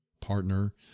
partner